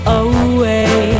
away